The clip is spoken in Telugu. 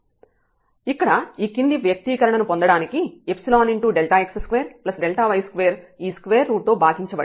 ⟹Δz dzΔϵx2Δy2 ϵx2Δy2x2Δy2 ఇక్కడ ఈ క్రింది వ్యక్తీకరణను పొందడానికి x2Δy2 ఈ స్క్వేర్ రూట్ తో భాగించబడింది